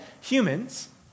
humans